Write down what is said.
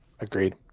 Agreed